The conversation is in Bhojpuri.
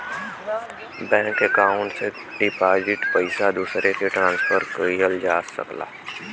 बैंक अकाउंट से डिपॉजिट पइसा दूसरे के ट्रांसफर किहल जा सकला